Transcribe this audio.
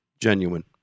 genuine